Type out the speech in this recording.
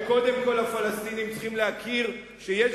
שקודם כול הפלסטינים צריכים להכיר בזה שיש